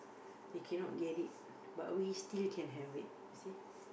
they cannot get it but we still can have it you see